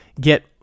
get